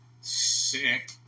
Sick